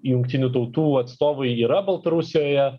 jungtinių tautų atstovų yra baltarusijoje